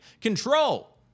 Control